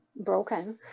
broken